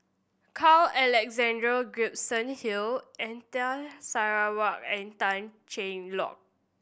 Carl Alexander Gibson Hill Anita Sarawak and Tan Cheng Lock